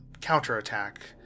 counterattack